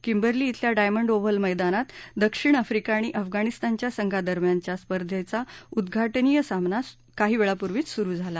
Kimberly धिल्या Diamond Oval मैदानात दक्षिण आफ्रिका आणि अफगाणिस्तानच्या संघादरम्यान स्पर्धेचा उद्घाटनीय सामना सुरू काही वेळापूर्वीच सुरू झाला